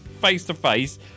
face-to-face